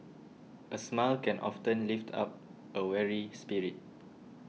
a smile can often lift up a weary spirit